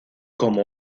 como